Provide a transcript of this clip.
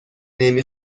نمی